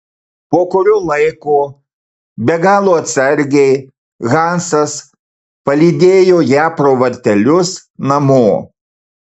po kurio laiko be galo atsargiai hansas palydėjo ją pro vartelius namo